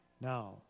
Now